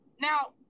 Now